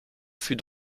fut